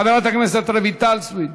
חברת הכנסת רויטל סויד.